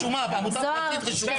עמותה פרטית רשומה,